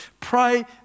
pray